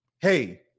hey